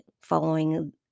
following